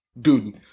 Dude